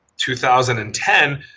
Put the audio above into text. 2010